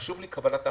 חשובה לי קבלת ההחלטה.